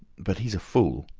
but he's a fool.